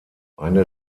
eine